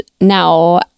now